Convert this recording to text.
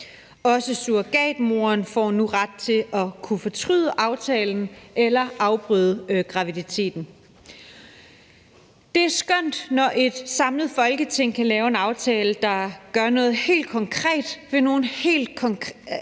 Også surrogatmoren får nu ret til at kunne fortryde aftalen eller afbryde graviditeten. Det er skønt, når et samlet Folketing kan lave en aftale, der gør noget helt konkret ved nogle helt konkrete